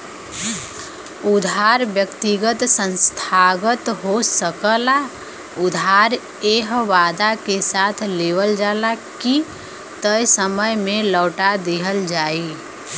उधार व्यक्तिगत संस्थागत हो सकला उधार एह वादा के साथ लेवल जाला की तय समय में लौटा दिहल जाइ